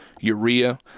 urea